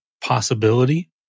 possibility